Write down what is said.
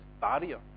barrier